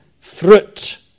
fruit